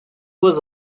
was